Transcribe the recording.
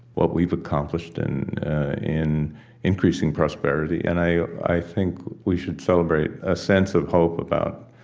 what we've accomplished in in increasing prosperity. and i i think we should celebrate a sense of hope about